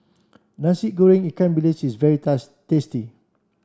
Nasi Goreng Ikan Bili is very tasty